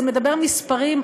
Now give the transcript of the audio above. זה מדבר מספרים,